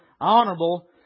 honorable